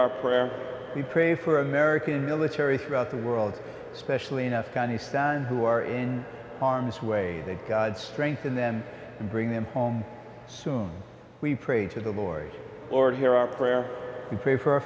our prayer we pray for american military throughout the world specially in afghanistan who are in harm's way that god strengthen them and bring them home soon we pray to the lord or to hear our prayer we pray for our